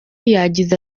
yagize